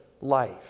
life